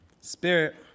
Spirit